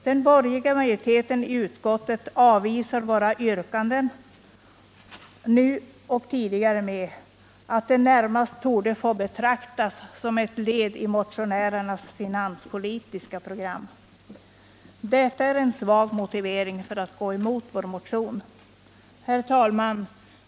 Den borgerliga majoriteten i utskottet avvisar nu, liksom tidigare, vårt yrkande med att det ”närmast torde få betraktas som ett led i motionärernas finanspolitiska program”. Detta är en svag motivering för att gå emot vår motion. Herr talman!